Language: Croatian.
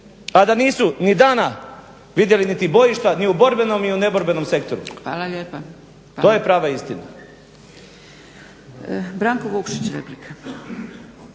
a da nisu ni dana vidjeli niti bojišta ni u borbeno i u neborbenom sektoru. To je prava istina. **Zgrebec, Dragica